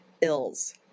ills